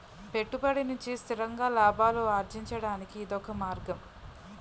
పెట్టుబడి నుంచి స్థిరంగా లాభాలు అర్జించడానికి ఇదొక మార్గం